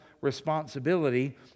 responsibility